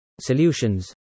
Solutions